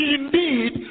indeed